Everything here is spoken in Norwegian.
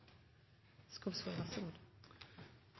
skal fortsette å